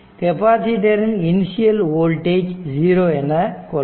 கெபாசிட்டரின் initial voltage 0 என்று கொள்ளவும்